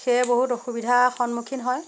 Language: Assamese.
সেয়ে বহুত অসুবিধাৰ সন্মুখীন হয়